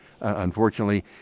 unfortunately